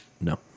No